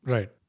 Right